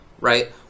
right